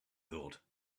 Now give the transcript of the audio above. thought